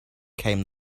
came